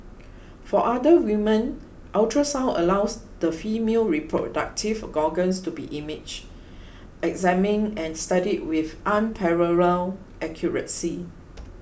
for other woman ultrasound allows the female reproductive organs to be imaged examined and studied with unparalleled accuracy